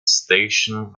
station